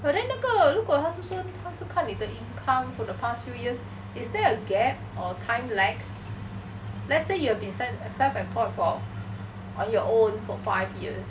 but then 那个如果他是说看你的 income for the past few years is there a gap or time lag let's say you have been self employed for on your own for five years